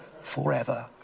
forever